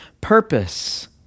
purpose